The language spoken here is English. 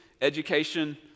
education